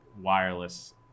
wireless